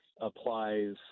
applies